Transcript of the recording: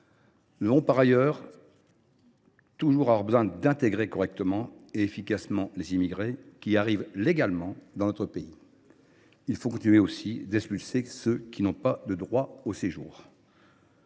nous aurons toujours besoin d’intégrer correctement et efficacement les immigrés qui arrivent légalement dans notre pays. Il faut aussi continuer d’expulser ceux qui n’ont pas de droit au séjour.